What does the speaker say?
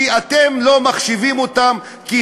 כי אתם לא מחשיבים אותם,